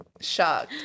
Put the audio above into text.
shocked